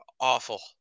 awful